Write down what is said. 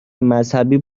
مذهبی